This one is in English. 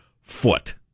foot